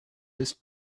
this